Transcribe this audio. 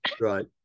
Right